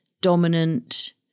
dominant